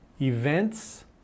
events